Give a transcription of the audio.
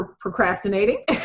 Procrastinating